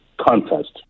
contest